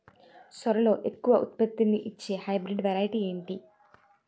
సోరలో ఎక్కువ ఉత్పత్తిని ఇచే హైబ్రిడ్ వెరైటీ ఏంటి?